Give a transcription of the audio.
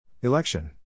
Election